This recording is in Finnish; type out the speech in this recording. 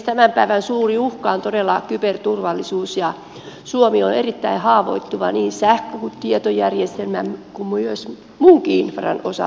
tämän päivän suuri uhka on todella kyberturvallisuus ja suomi on erittäin haavoittuva niin sähkö kuin tietojärjestelmän kuin myös muunkin infran osalta